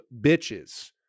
bitches